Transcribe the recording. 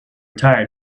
tired